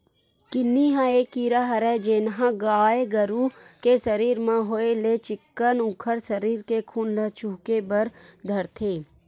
किन्नी ह ये कीरा हरय जेनहा गाय गरु के सरीर म होय ले चिक्कन उखर सरीर के खून ल चुहके बर धरथे